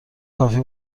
کافی